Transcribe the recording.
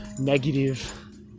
negative